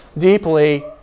deeply